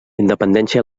independència